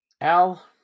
Al